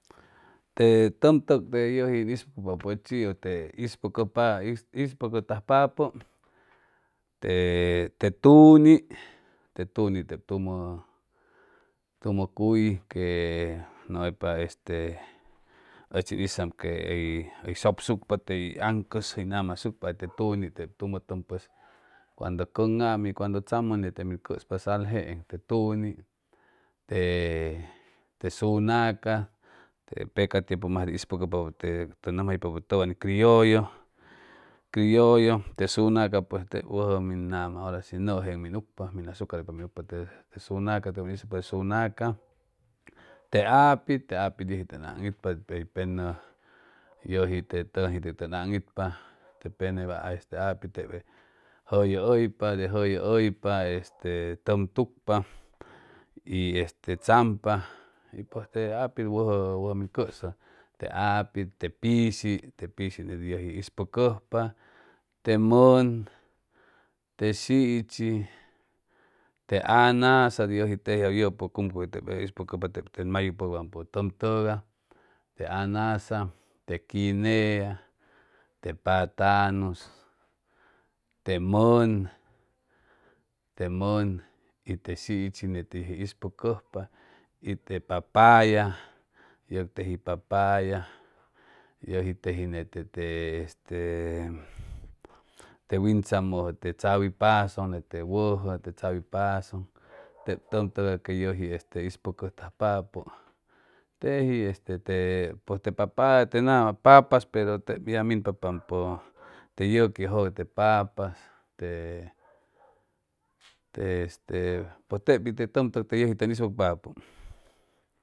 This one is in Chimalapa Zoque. Te tʉmtʉk te yʉji ʉn ispʉkpapʉ achi'is ʉ te ispʉcʉpa ispʉcʉtajpapʉ te te tuny te tuny tep tumʉ tumʉ cuy que nʉmʉypa este ʉchin hizam quey hʉy sʉpsucpa tey aŋcʉs hʉy nama asucpa te tuny tep tumʉ tʉm pues cuando cʉŋaam y cuando tzamʉ nete min cʉspa sal jeeŋ te tuny te sunaca te pecatiempu masde ispʉkpapʉ te tʉn nʉmjaypapʉ tʉwan'is criollo criollo te zunaca pues tep wʉjʉ min nama orashi nʉʉjeŋ min ucpa min azucar hʉypa min ucpa te sunaca tep ʉn ispʉkpa te zunaca te apit te apit yʉji tʉn aŋitpa hʉy penʉ yʉji te tʉgaŋji tʉn aŋitpa te penep apit tep jʉyʉ hʉypa jʉyʉ hʉypa este tʉm tucpa y este tzampa y te apit wʉjʉ wʉjʉ min cʉzʉ te apit te te pishi te pishi ney yʉji ispʉcʉjpa te mʉn te sichi te anasa yʉji tejiajʉ yʉji teji cumcuy ispʉcʉjpa tep mayucpʉpampʉ tʉm tʉgay te anasa te quinea te patanus te mʉn te mʉn y te sichi ney ispʉcʉjpa y te papaya yʉg teji papaya yʉji teji nete te este te wintzamʉjʉ te tzawi pazʉŋ net te wʉjʉ te tzawin pazʉŋ tep tʉm tʉgay que yʉji este te ispʉcʉtajpapʉ teji este te pʉj te papaya te nama papas pero tep ya minpa pampʉ te yʉqui jʉga papas te te este pues tep pi te ʉmtʉg te yʉji tʉn ispʉcpapʉ